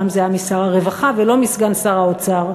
הפעם זה היה משר הרווחה ולא מסגן שר האוצר.